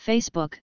Facebook